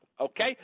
Okay